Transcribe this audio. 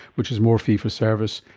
which is more fee-for-service,